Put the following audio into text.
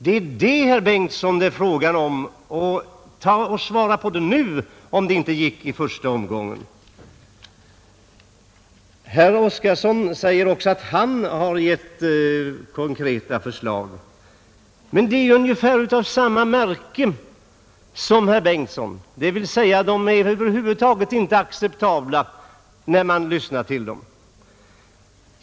Det är det frågan gäller, herr Bengtsson, och svara på den nu om det inte gick i första omgången. Herr Oskarson säger också att han har lagt fram konkreta förslag. Men de är av ungefär samma märke som herr Bengtssons, dvs. de är över huvud taget inte acceptabla, när man tänker över dem.